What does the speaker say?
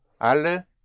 Alle